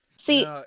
See